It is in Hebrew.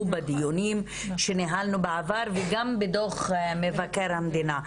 בדיונים שניהלנו בעבר וגם בדו"ח מבקר המדינה,